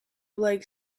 like